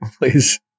please